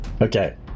Okay